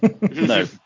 No